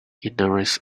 ignorance